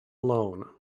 alone